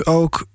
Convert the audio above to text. ook